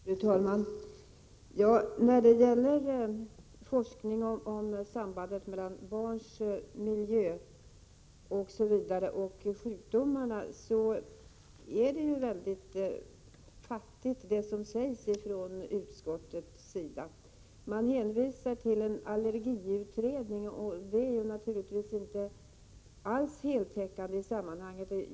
Fru talman! När det gäller forskningen om sambandet mellan barns miljö och sjukdomar är det som sägs från utskottets sida mycket fattigt. Man hänvisar till en allergiutredning. En sådan är naturligtvis inte alls heltäckande isammanhanget.